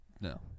No